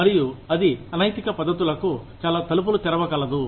మరియు అది అనైతిక పద్ధతులకు చాలా తలుపులు తెరవకలదు